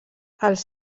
els